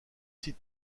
site